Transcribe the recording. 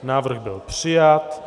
Návrh byl přijat.